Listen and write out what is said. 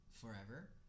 forever